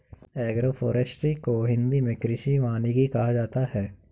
agroforestry को हिंदी मे कृषि वानिकी कहा जाता है